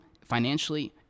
financially